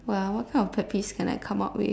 what ah what kind of pet peeves can I come up with